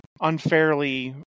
unfairly